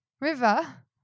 River